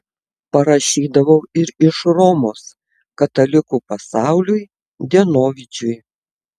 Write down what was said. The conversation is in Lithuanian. parašydavau ir iš romos katalikų pasauliui dienovidžiui